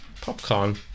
Popcorn